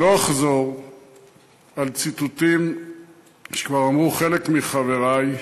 לא אחזור על ציטוטים שכבר אמרו חלק מחברי,